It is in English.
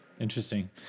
Interesting